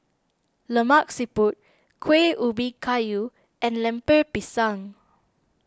Lemak Siput Kueh Ubi Kayu and Lemper Pisang